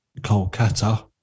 Kolkata